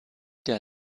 der